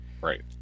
Right